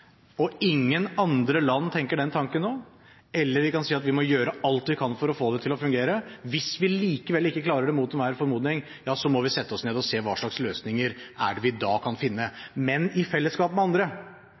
og ingen andre land tenker den tanken nå – eller ved å si at vi må gjøre alt vi kan for å få det til å fungere. Hvis vi likevel ikke klarer det – mot enhver formodning – må vi sette oss ned og se på hva slags løsninger vi da kan finne,